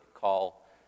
call